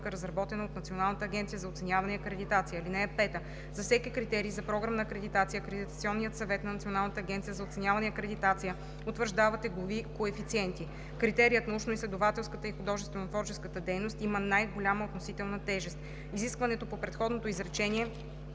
разработена от Националната агенция за оценяване и акредитация. (5) За всеки критерий за програмна акредитация Акредитационният съвет на Националната агенция за оценяване и акредитация утвърждава теглови коефициенти. Критерият „научноизследователската и художественотворческата дейност“ има най-голяма относителна тежест. Изискването по предходното изречение